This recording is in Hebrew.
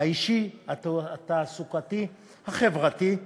האישי, התעסוקתי, החברתי,